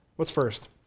what's first?